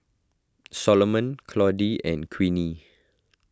Salomon Claudie and Queenie